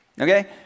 Okay